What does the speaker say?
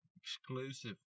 Exclusive